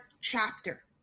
chapter